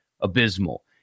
abysmal